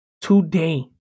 today